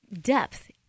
depth